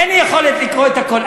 אין לי יכולת לקרוא את הכול,